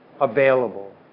available